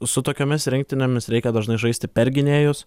su tokiomis rinktinėmis reikia dažnai žaisti per gynėjus